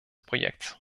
projekts